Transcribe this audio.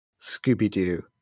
scooby-doo